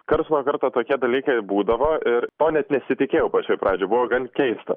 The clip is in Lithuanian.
karts nuo karto tokie dalykai būdavo ir to net nesitikėjau pačioj pradžioj buvo gan keista